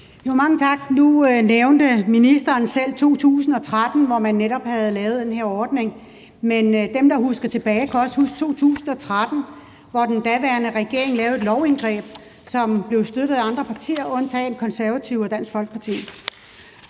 Mange tak. Nu nævnte ministeren selv 2013, hvor man netop havde lavet den her ordning, men dem, der husker tilbage, kan også huske 2013 som det år, hvor den daværende regering lavede et lovindgreb, som blev støttet af andre partier undtagen Konservative og Dansk Folkeparti.